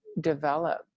develop